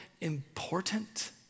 important